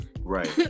right